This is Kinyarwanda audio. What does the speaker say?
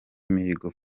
mihigo